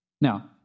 Now